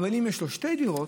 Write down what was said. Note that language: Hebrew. אבל אם יש לו שתי דירות,